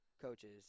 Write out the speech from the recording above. coaches